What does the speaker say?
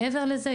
מעבר לזה,